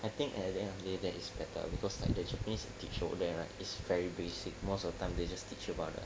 I think at the end of the day that is better because like the japanese they teach over there right is very basic most of time they just teach 就罢 liao